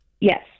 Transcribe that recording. Yes